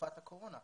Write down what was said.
בתקופת הקורונה.